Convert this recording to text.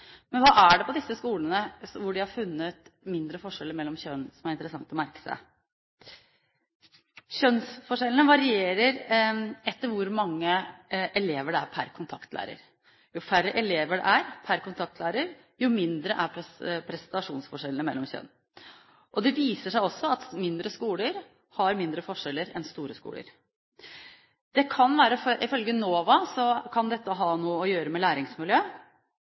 Men hva er det med disse skolene, hvor de har funnet mindre forskjeller mellom kjønn, som er interessant å merke seg? Kjønnsforskjellene varierer etter hvor mange elever det er per kontaktlærer. Jo færre elever det er per kontaktlærer, jo mindre er prestasjonsforskjellene mellom kjønnene. Det viser seg også at mindre skoler har mindre forskjeller enn store skoler. Ifølge NOVA kan dette ha noe med læringsmiljø å gjøre, ikke minst med